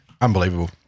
unbelievable